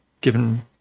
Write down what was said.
given